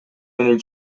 менен